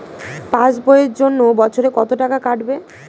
Pass বইয়ের জন্য বছরে কত টাকা কাটবে?